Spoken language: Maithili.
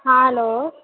हाँ हेलो